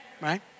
Right